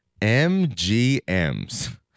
MGMs